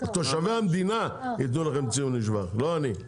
תושבי המדינה יתנו לכם ציון לשבח, לא אני.